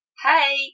Hey